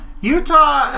Utah